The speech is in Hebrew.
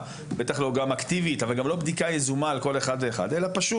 אבל גם לא בדיקה יזומה על כל אחד ואחד אלא פשוט אני מעביר לך שם,